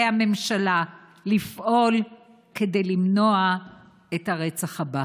הממשלה לפעול כדי למנוע את הרצח הבא.